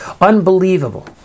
unbelievable